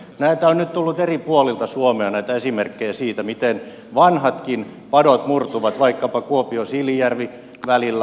näitä esimerkkejä on nyt tullut eri puolilta suomea siitä miten vanhatkin padot murtuvat vaikkapa kuopiosiilinjärvi välillä